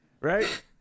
Right